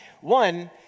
One